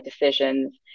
decisions